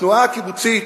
התנועה הקיבוצית,